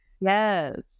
Yes